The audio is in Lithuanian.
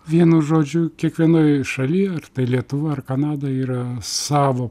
vienu žodžiu kiekvienoj šaly ar tai lietuva ar kanada yra savo